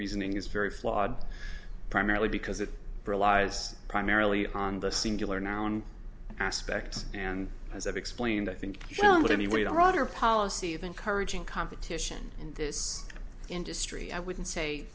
reasoning is very flawed primarily because it relies primarily on the singular noun aspect and as i've explained i think that any way the rotter policy of encouraging competition in this industry i wouldn't say